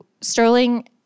Sterling